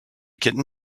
kitten